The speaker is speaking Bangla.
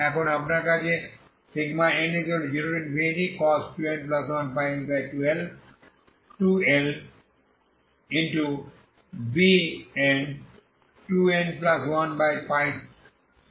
এখন আপনার আছে n0cos 2n1πx2L Bn2n1πc2Lg